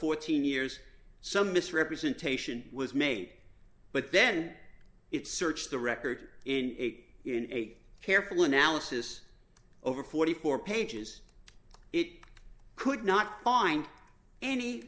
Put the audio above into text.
fourteen years some misrepresentation was made but then it searched the record in eight in a careful analysis over forty four pages it could not find any